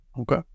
Okay